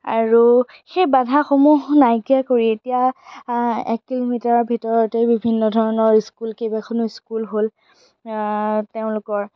আৰু সেই বাধাসমূহ নাইকিয়া কৰি এতিয়া এক কিলোমিটাৰৰ ভিতৰতে বিভিন্ন ধৰণৰ স্কুল কেইবাখনো স্কুল হ'ল তেওঁলোকৰ